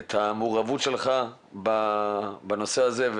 את המעורבות שלך בנושא הזה.